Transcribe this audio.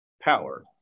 power